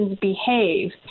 behave